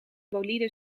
bolide